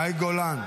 מאי גולן,